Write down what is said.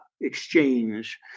exchange